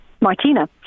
Martina